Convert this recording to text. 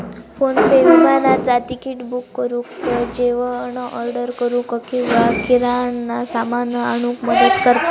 PhonePe विमानाचा ticket book करुक, जेवण ऑर्डर करूक किंवा किराणा सामान आणूक मदत करता